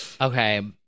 Okay